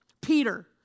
Peter